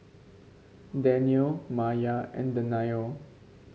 Daniel Maya and Danial